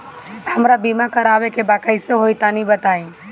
हमरा बीमा करावे के बा कइसे होई तनि बताईं?